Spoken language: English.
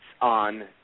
on